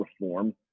reform